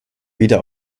wieder